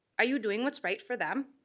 are you doing what's right for them?